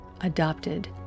adopted